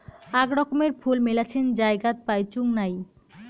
আক রকমের ফুল মেলাছেন জায়গাত পাইচুঙ নাই